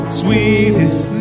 sweetest